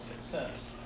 success